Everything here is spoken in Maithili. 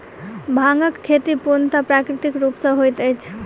भांगक खेती पूर्णतः प्राकृतिक रूप सॅ होइत अछि